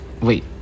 Wait